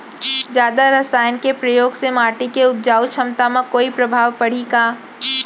जादा रसायन के प्रयोग से माटी के उपजाऊ क्षमता म कोई प्रभाव पड़ही का?